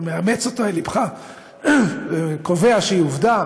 מאמץ אותה אל לבך וקובע שהיא עובדה.